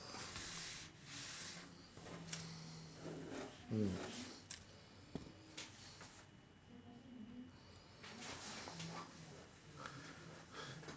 mm